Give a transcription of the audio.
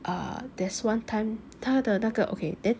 uh there's one time 他的那个 okay then